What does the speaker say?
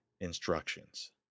instructions